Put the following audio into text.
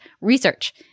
Research